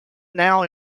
now